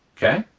okay,